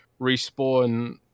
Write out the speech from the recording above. respawn